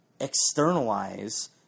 externalize